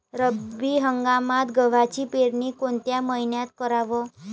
रब्बी हंगामात गव्हाची पेरनी कोनत्या मईन्यात कराव?